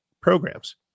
programs